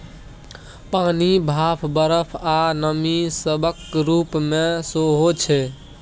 पानि, भाप, बरफ, आ नमी सभक रूप मे सेहो छै